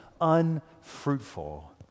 unfruitful